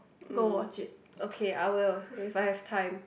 mm okay I will if I have time